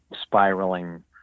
spiraling